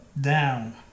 down